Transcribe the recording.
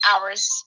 hours